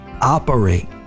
operate